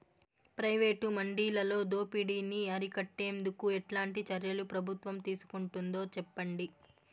Private మండీలలో దోపిడీ ని అరికట్టేందుకు ఎట్లాంటి చర్యలు ప్రభుత్వం తీసుకుంటుందో చెప్పండి?